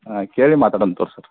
ಹಾಂ ಕೇಳಿ ಮಾತಾಡೋಣ ತೊರಿ ಸರ್